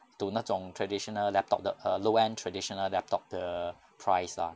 to 那种 traditional laptop 的 err low end traditional laptop the price ah